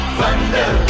thunder